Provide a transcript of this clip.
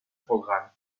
programme